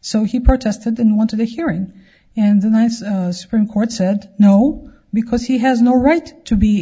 so he protested then went to the hearing and the nice supreme court said no because he has no right to be